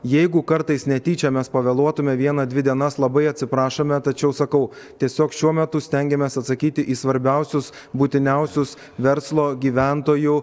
jeigu kartais netyčia mes pavėluotume vieną dvi dienas labai atsiprašome tačiau sakau tiesiog šiuo metu stengiamės atsakyti į svarbiausius būtiniausius verslo gyventojų